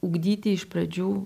ugdyti iš pradžių